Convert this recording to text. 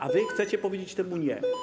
A wy chcecie powiedzieć temu ˝nie˝